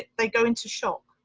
they go into shock.